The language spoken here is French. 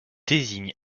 désigne